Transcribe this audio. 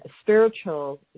spiritual